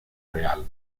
real